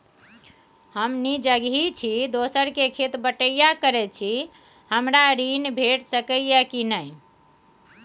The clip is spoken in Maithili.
हम निजगही छी, दोसर के खेत बटईया करैत छी, हमरा ऋण भेट सकै ये कि नय?